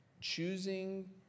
Choosing